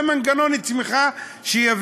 זה מנגנון שיביא